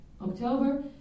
October